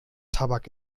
tabak